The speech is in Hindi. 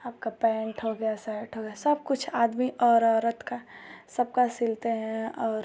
आपका पैन्ट हो गया सर्ट हो गया सब कुछ आदमी और औरत का सबका सिलते हैं और